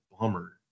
bummer